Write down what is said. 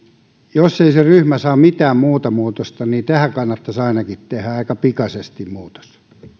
jos ei se ryhmä saa aikaan mitään muuta muutosta niin tähän kannattaisi ainakin tehdä aika pikaisesti muutos